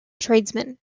tradesmen